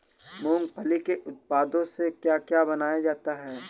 मूंगफली के उत्पादों से क्या क्या बनाया जाता है?